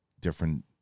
different